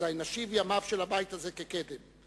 אזי נשיב ימיו של הבית הזה כקדם.